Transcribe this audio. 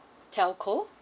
telco